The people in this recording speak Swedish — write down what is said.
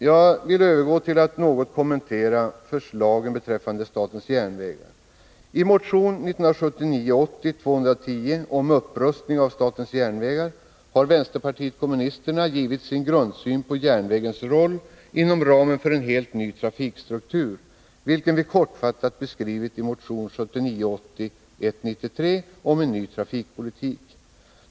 Jag vill övergå till att något kommentera förslagen beträffande statens järnvägar. I motion 1979 80:193 om en ny trafikpolitik.